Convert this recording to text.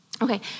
Okay